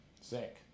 Sick